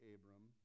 Abram